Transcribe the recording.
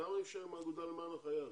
למה אי אפשר עם האגודה למען החייל?